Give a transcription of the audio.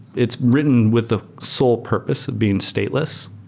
it's written with the sole purpose of being stateless.